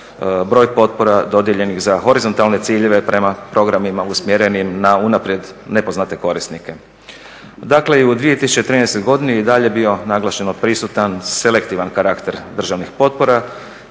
broj potpora dodijeljenih za horizontalne ciljeve prema programima usmjerenim na unaprijed nepoznate korisnike. Dakle i u 2013.godini i dalje je bio naglašeno prisutan selektivan karakter državnih potpora